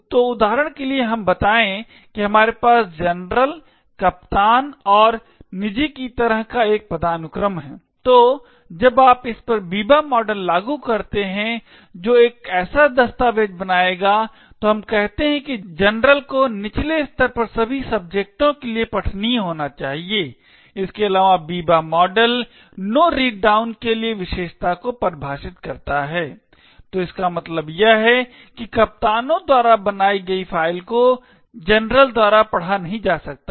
तो उदाहरण के लिए हमें बताएं कि हमारे पास जनरल कप्तान और निजी की तरह एक पदानुक्रम है तो जब आप इस पर Biba मॉडल लागू करते हैं जो एक ऐसा दस्तावेज बनाया गया है तो हम कहते है कि जनरल को निचले स्तर पर सभी सब्जेक्टों के लिए पठनीय होना चाहिए इसके अलावा Biba model no read down के लिए विशेषता को परिभाषित करता है तो इसका मतलब यह है कि कप्तानों द्वारा बनाई गई फ़ाइल को जनरल द्वारा पढ़ा नहीं जा सकता है